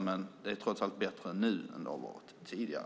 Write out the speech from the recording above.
Men det är trots allt ännu bättre nu än vad det varit tidigare.